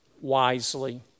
wisely